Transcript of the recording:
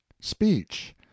speech